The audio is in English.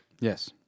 Yes